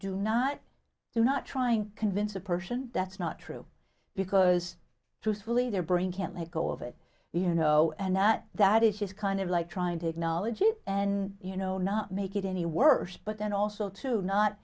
do not do not trying to convince a person that's not true because truthfully their brain can't let go of it you know and that that it is kind of like trying to acknowledge it and you know not make it any worse but and also to not